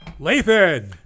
Lathan